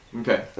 Okay